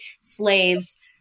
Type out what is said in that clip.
slaves